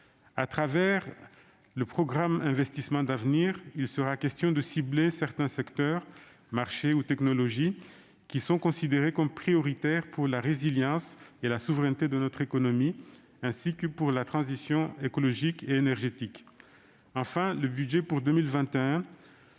Au travers du PIA, il sera question de cibler certains secteurs, marchés et technologies qui sont considérés comme prioritaires pour la résilience et la souveraineté de notre économie, ainsi que pour la transition écologique et énergétique. Enfin, le budget pour 2021